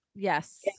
Yes